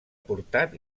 portat